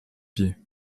pied